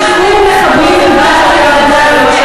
לשחרור מחבלים עם דם על הידיים,